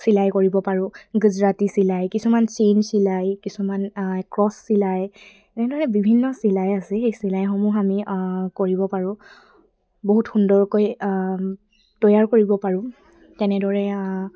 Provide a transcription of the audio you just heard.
চিলাই কৰিব পাৰোঁ গুজৰাটী চিলাই কিছুমান চেইন চিলাই কিছুমান ক্ৰচ চিলাই এনেধৰণে বিভিন্ন চিলাই আছে সেই চিলাইসমূহ আমি কৰিব পাৰোঁ বহুত সুন্দৰকৈ তৈয়াৰ কৰিব পাৰোঁ তেনেদৰে